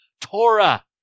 Torah